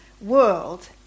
world